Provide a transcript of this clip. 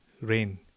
rain